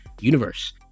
universe